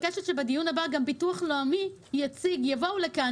שבדיון הבא גם ביטוח לאומי יבואו לכאן,